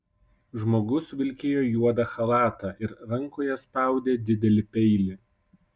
žmogus vilkėjo juodą chalatą ir rankoje spaudė didelį peilį